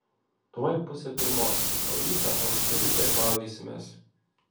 tuoj pusė pirmos o rytą anksti vis tiek maudysimės